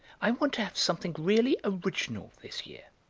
i want to have something really original this year.